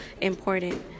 important